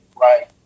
right